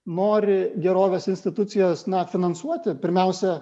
nori gerovės institucijas na finansuoti pirmiausia